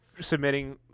submitting